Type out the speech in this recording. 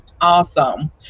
awesome